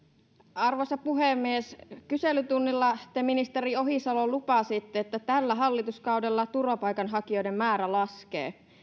arvoisa puhemies kyselytunnilla te ministeri ohisalo lupasitte että tällä hallituskaudella turvapaikanhakijoiden määrä laskee